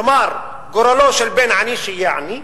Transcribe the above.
כלומר, גורלו של בן עני שיהיה עני,